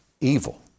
evil